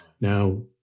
Now